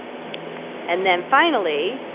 and then finally,